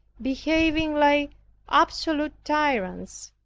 behaving like absolute tyrants,